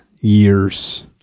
years